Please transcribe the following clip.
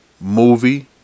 movie